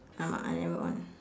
!alamak! I never on